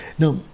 Now